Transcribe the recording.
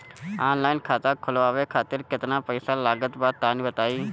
Online खाता खूलवावे खातिर केतना पईसा लागत बा तनि बताईं?